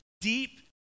deep